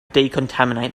decontaminate